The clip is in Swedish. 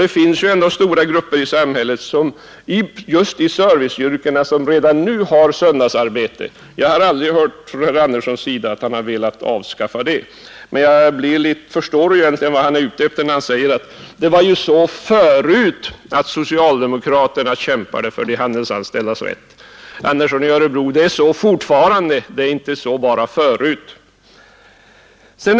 Det finns för övrigt stora grupper i samhället, speciellt i serviceyrkena, som redan nu har söndagsarbete, men jag har aldrig hört att herr Andersson i Örebro har velat avskaffa det arbetet. Jag förstår vad herr Andersson egentligen är ute efter, när han säger att det var ju så förut att socialdemokraterna kämpade för de handelsanställdas rätt. Ja, herr Andersson, det är så fortfarande. Det gjorde vi inte bara förut.